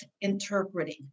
interpreting